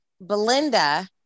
Belinda